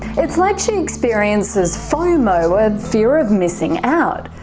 it's like she experiences fomo, a fear of missing out.